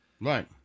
Right